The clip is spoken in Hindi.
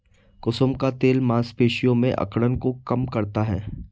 कुसुम का तेल मांसपेशियों में अकड़न को कम करता है